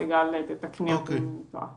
סיגל תתקן אותי אם אני טועה.